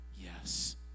yes